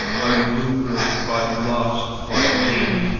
by lucre, by lust, by hate,